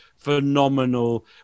phenomenal